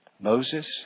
Moses